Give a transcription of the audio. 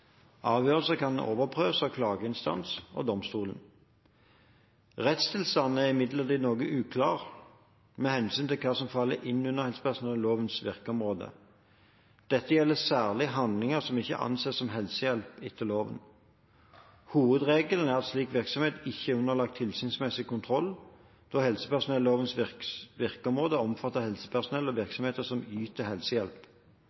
kan overprøves av klageinstans og domstolen. Rettstilstanden er imidlertid noe uklar med hensyn til hva som faller inn under helsepersonellovens virkeområde. Dette gjelder særlig handlinger som ikke anses som helsehjelp etter loven. Hovedregelen er at slik virksomhet ikke er underlagt tilsynsmessig kontroll, da helsepersonellovens virkeområde omfatter helsepersonell og